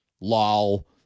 lol